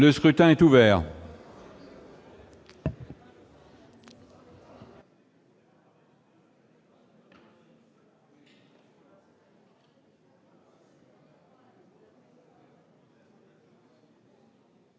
Le scrutin est ouvert.